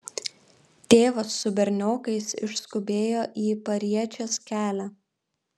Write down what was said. tėvas su berniokais išskubėjo į pariečės kelią